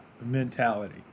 mentality